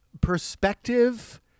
perspective